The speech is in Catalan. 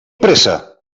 pressa